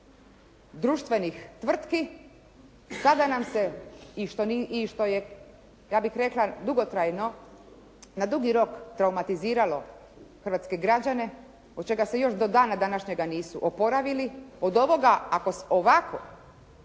hrvatske građane, od čega se još do dana današnjega nisu oporavili, od ovoga ako ovakav